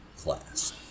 class